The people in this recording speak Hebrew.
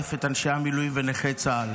בלתעדף את אנשי המילואים ונכי צה"ל